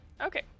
Okay